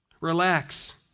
Relax